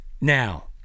Now